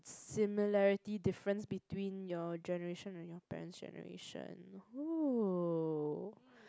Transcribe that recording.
similarity difference between your generation and your parent's generation !oo!